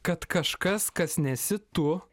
kad kažkas kas nesi tu